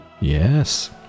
Yes